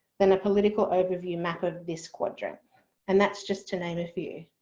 then a political overview map of this quadrant and that's just to name a few.